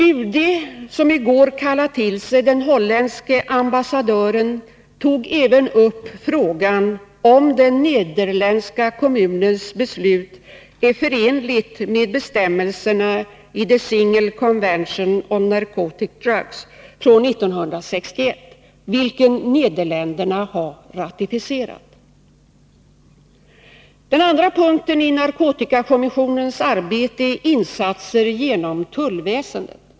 UD som i går kallade till sig den holländske ambassadören — tog även upp frågan om den nederländska kommunens beslut är förenligt med bestämmelserna i The Single Convention on Narcotic Drugs, från 1961, vilken Nederländerna har ratificerat. Den andra punkten i narkotikakommissionens arbete är insatser genom tullväsendet.